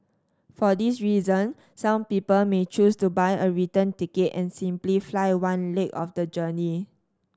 for this reason some people may choose to buy a return ticket and simply fly one leg of the journey